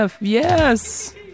yes